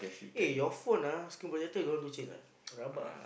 eh your phone ah screen protector don't want to change ah rabak ah